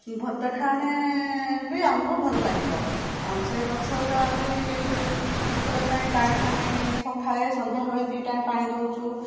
ଭଲ ଦେଖାହେନେ ବି ଆମକୁ ଭଲ ଲାଗିବ ଆଉ ସେ ଗଛଗୁରାବି ଯେଉଁ ସବୁବେଳେ ପାଇଁ ପାଣିଫାଣି ସଖାଳେ ସନ୍ଧ୍ୟାବେଳେ ଦୁଇ ଟାଇମ ପାଣି ଦଉଛୁ